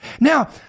Now